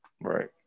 Right